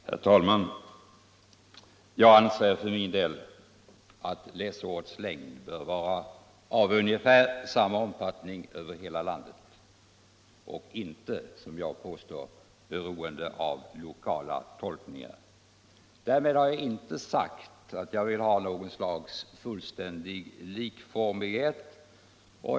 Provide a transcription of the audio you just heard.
Herr talman! Jag anser för min del att läsårets längd bör vara ungefär densamma över hela landet och inte vara beroende av lokala tolkningar. Därmed har jag inte sagt att jag vill ha något slags fullständig likformighet.